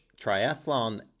Triathlon